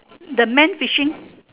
the man fishing